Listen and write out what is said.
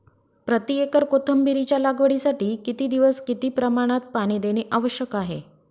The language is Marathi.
प्रति एकर कोथिंबिरीच्या लागवडीसाठी किती दिवस किती प्रमाणात पाणी देणे आवश्यक आहे?